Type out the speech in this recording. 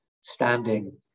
standing